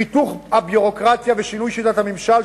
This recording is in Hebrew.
חיתוך הביורוקרטיה ושינוי שיטת הממשלה,